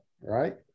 right